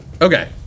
okay